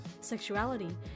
sexuality